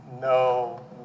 no